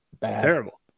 Terrible